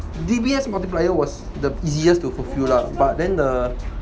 D_B_S multiplier was the easiest to fulfill lah but then the